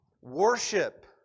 worship